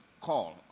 call